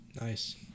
nice